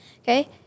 okay